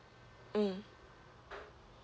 mm